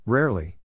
Rarely